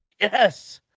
Yes